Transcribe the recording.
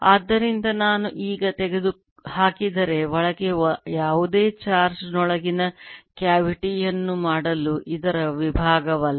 ಆದ್ದರಿಂದ ನಾನು ಈಗ ತೆಗೆದುಹಾಕಿದರೆ ಒಳಗೆ ಯಾವುದೇ ಚಾರ್ಜ್ ಯೊಳಗಿನ ಕೆವಿಟಿ ಯನ್ನು ಮಾಡಲು ಇದರ ವಿಭಾಗವಲ್ಲ